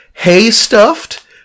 hay-stuffed